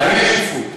האם יש שקיפות?